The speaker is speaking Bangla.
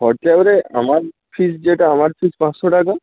খরচা এবারে আমার ফিজ যেটা আমার ফিজ পাঁচশো টাকা